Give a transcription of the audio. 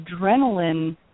adrenaline